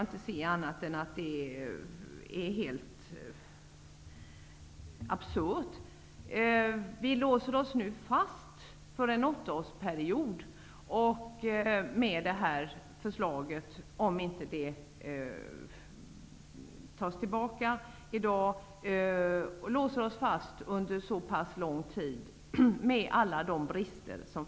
Det är, som jag ser det, helt absurt att låsa fast sig för en åttaårsperiod, som det här förslaget innebär -- med alla dess brister.